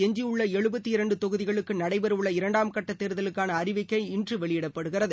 எஞ்சியுள்ள இம்மாநிலத்தில் தொகுதிகளுக்குநடைபெறவுள்ள இரண்டாம் கட்டதேர்தலுக்கானஅறிவிக்கை இன்றுவெளியிடப்படுகிறது